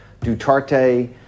Duterte